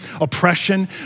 oppression